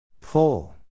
Pull